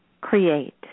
create